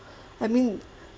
I mean